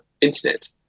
internet